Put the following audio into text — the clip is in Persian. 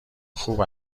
خوب